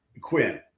Quinn